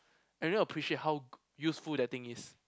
I never appreciate how useful that thing is